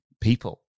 people